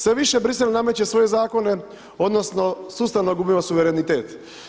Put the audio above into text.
Sve više Bruxelles nameće svoje zakone odnosno sustavno gubimo suverenitet.